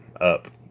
up